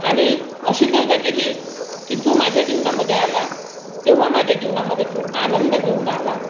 आणि अशी कविता केली की तू माझ्या जीवनामध्ये आला तेव्हा माझ्या जीवनामध्ये तू आनंद घेऊन आला